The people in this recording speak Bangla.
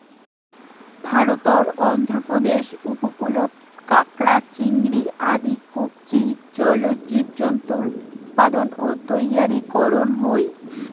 ভারতর অন্ধ্রপ্রদেশ উপকূলত কাকড়া, চিংড়ি আদি কবচী জলজ জীবজন্তুর উৎপাদন ও তৈয়ারী করন হই